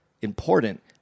important